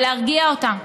ולהרגיע אותה: